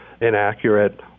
inaccurate